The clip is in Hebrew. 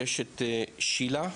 יערה שילה.